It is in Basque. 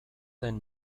den